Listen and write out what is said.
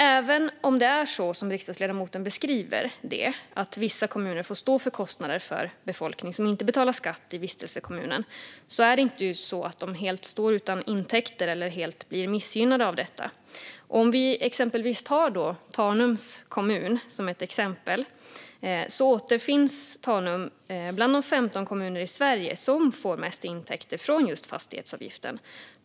Även om det är som riksdagsledamoten beskriver det, nämligen att vissa kommuner får stå för kostnader för befolkning som inte betalar skatt i vistelsekommunen, är det inte så att de helt står utan intäkter eller helt blir missgynnade av detta. Låt oss titta på Tanums kommun som ett exempel. Tanum återfinns bland de 15 kommuner i Sverige som får mest intäkter från just fastighetsavgiften.